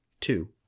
two